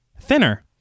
Thinner